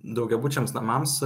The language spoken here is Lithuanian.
daugiabučiams namams